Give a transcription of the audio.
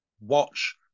watch